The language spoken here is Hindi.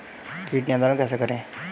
कीट नियंत्रण कैसे करें?